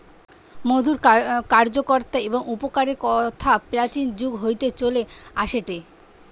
মধুর কার্যকতা এবং উপকারের কথা প্রাচীন যুগ হইতে চলে আসেটে